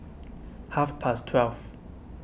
half past twelve